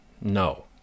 no